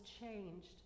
changed